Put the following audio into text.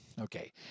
Okay